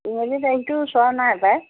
ইংৰাজী তাৰিখটো চোৱা নাই পায়